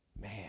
Man